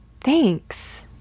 thanks